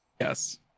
Yes